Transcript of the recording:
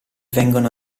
vengono